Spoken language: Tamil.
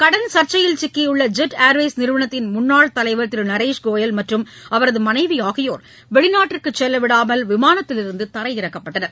கடன் சர்ச்சையில் சிக்கியுள்ள ஜெட் ஏர்வேஸ் நிறுவனத்தின் முன்னாள் தலைவர் திரு நரேஷ் கோயல் மற்றும் அவரது மனைவி ஆகியோர் வெளிநாட்டிற்கு செல்ல விடாமல் விமானத்திலிருந்து தரையிறக்கப்பட்டனர்